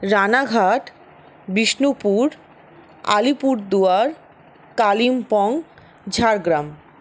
Ranaghat Bishnupur Alipurduar Kalimpong Jhargram